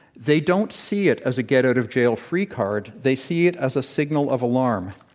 they don't see it as a get out of jail free card, they see it as a signal of alarm.